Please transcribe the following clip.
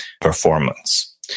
performance